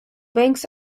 banks